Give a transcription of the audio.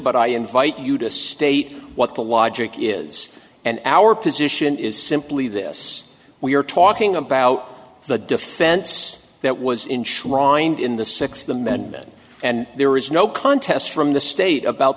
but i invite you to state what the logic is and our position is simply this we are talking about the defense that was in shrine in the sixth amendment and there is no contest from the state about